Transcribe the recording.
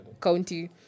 County